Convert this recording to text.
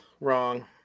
wrong